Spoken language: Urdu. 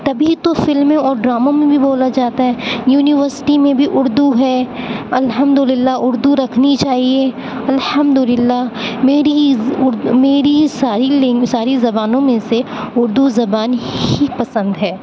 تبھی تو فلمیں اور ڈراموں میں بھی بولا جاتا ہے یونیورسٹی میں بھی اردو ہے الحمد للہ اردو رکھنی چاہیے الحمد للہ میری ہی اردو میری ساری لینگ ساری زبانوں میں سے ادو زبان ہی پسند ہے